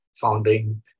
founding